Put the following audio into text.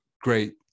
great